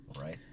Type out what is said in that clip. Right